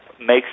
makes